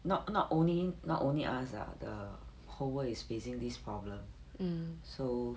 not not only not only us ah the whole world is facing this problem so